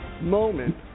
moment